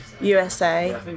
USA